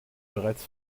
bereits